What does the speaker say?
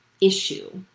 issue